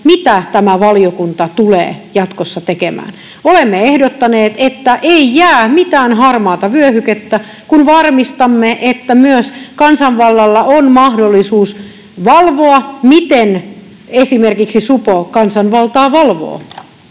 mitä tämä valiokunta tulee jatkossa tekemään. Olemme ehdottaneet, että ei jää mitään harmaata vyöhykettä, kun varmistamme, että myös kansanvallalla on mahdollisuus valvoa, miten esimerkiksi supo kansanvaltaa valvoo.